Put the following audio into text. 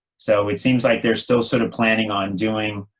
so it seems like they're still sort of planning on doing,